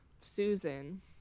Susan